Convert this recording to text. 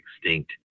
extinct